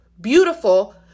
beautiful